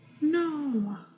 No